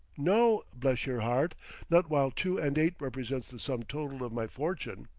no, bless your heart not while two and eight represents the sum total of my fortune.